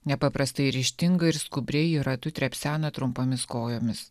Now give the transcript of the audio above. nepaprastai ryžtingai ir skubriai ji ratu trepsena trumpomis kojomis